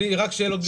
רק שאלות בלי תשובות.